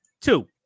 Two